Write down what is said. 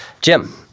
Jim